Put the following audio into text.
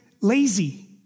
lazy